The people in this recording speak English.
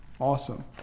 awesome